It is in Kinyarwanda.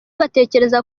batekereje